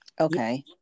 Okay